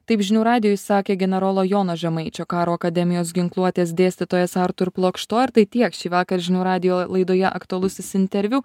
taip žinių radijui sakė generolo jono žemaičio karo akademijos ginkluotės dėstytojas artūr plokšto ir tai tiek šįvakar žinių radijo laidoje aktualusis interviu